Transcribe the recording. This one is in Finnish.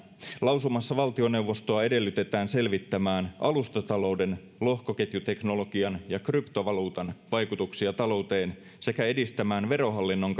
lausumassa valtioneuvostoa edellytetään selvittämään alustatalouden lohkoketjuteknologian ja kryptovaluutan vaikutuksia talouteen sekä edistämään verohallinnon